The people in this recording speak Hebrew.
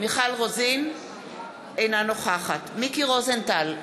אינה נוכחת מיקי רוזנטל,